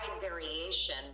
variation